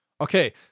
Okay